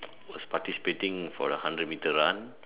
was participating for a hundred metre run